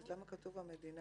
אז למה כתוב המדינה